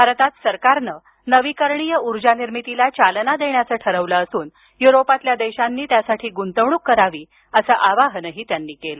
भारतात सरकारनं नवीकरणीय ऊर्जानिर्मितीला चालना देण्याचं ठरवलं असून युरोपातील देशांनी त्यासाठी गुंतवणूक करावी असं आवाहनही त्यांनी केलं